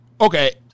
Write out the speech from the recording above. okay